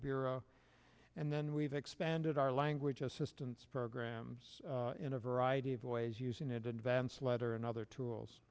bureau and then we've expanded our language assistance programs in a variety of ways using it advance letter and other tools